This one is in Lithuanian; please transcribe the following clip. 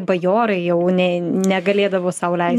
bajorai jau ne negalėdavo sau leis